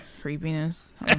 Creepiness